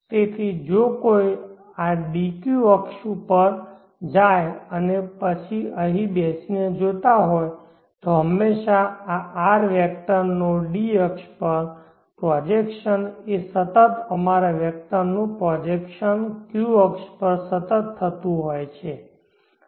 તેથી જો કોઈ આ d q અક્ષ પર જાય અને પછી તે અહીં બેસીને જોતા હોય તો હંમેશા આ R વેક્ટરનો d અક્ષ પર પ્રોજેકશન એ સતત અમારા વેક્ટરનું પ્રોજેકશન q અક્ષ પર સતત થતું હોય છે